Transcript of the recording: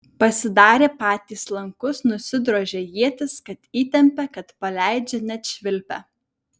pasidarė patys lankus nusidrožė ietis kad įtempia kad paleidžia net švilpia